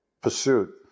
pursuit